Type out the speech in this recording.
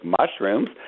mushrooms